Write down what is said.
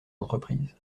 entreprises